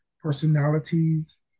personalities